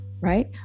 right